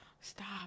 Stop